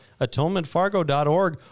atonementfargo.org